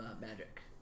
Magic